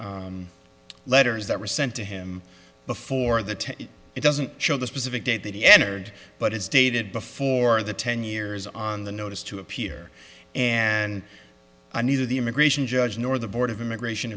postmark letters that were sent to him before the time it doesn't show the specific date that he entered but it's dated before the ten years on the notice to appear and neither the immigration judge nor the board of immigration